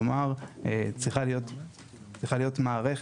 כלומר, צריכה להיות מערכת